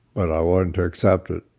but i wanted to accept it.